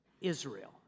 Israel